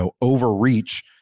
overreach